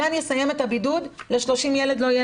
הגן יסיים את הבידוד ול-30 ילדים לא יהיה